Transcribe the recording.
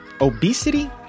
Obesity